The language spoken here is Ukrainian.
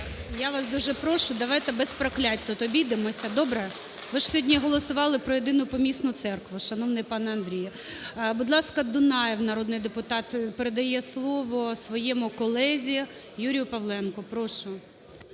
Я вас дуже прошу, давайте без проклять тут обійдемося, добре. Ви ж сьогодні голосували про єдину помісну церкву, шановний пане Андрію. Будь ласка, Дунаєв народний депутат передає слово своєму колезі Юрію Павленку, прошу.